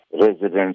residents